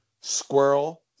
Squirrel